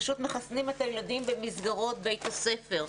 פשוט מחסנים את הילדים במסגרת בית הספר.